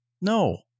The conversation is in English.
No